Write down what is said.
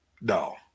no